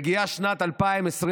מגיעה שנת 2021,